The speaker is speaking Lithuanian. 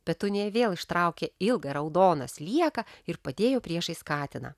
petunija vėl ištraukė ilgą raudoną slieką ir padėjo priešais katiną